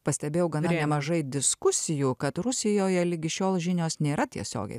pastebėjau gana nemažai diskusijų kad rusijoje ligi šiol žinios nėra tiesiogiai